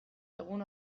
egun